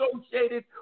associated